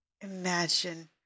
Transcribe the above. Imagine